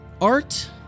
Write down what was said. art